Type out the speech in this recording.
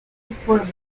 reformas